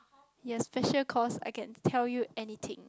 yes special cost I can tell you anything